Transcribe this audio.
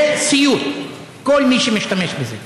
זה סיוט, כל מי שמשתמש בזה.